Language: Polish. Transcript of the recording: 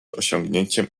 osiągnięciem